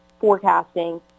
forecasting